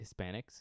Hispanics